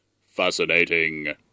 Fascinating